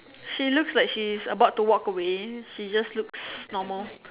she looks like she's about to walk away she just looks normal